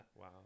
Wow